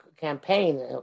campaign